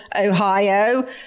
Ohio